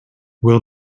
will